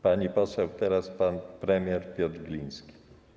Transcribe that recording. Pani poseł, teraz pan premier Piotr Gliński.